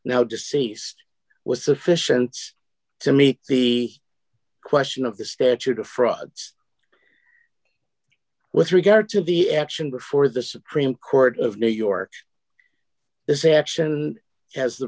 now deceased was sufficient to meet the question of the statute of frauds with regard to the action before the supreme court of new york this action d as